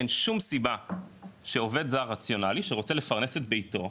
אין שום סיבה שעובד זר רציונלי שרוצה לפרנס את ביתו,